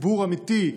ציבור אמיתי,